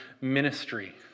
ministry